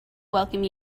welcome